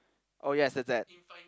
oh yes is that